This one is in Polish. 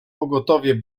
pogotowie